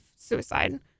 suicide